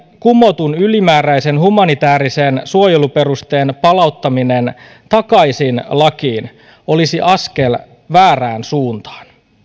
kumotun ylimääräisen humanitäärisen suojeluperusteen palauttaminen takaisin lakiin olisi askel väärään suuntaan